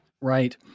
Right